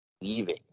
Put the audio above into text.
leaving